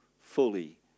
fully